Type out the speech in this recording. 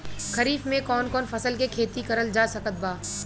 खरीफ मे कौन कौन फसल के खेती करल जा सकत बा?